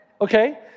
okay